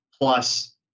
plus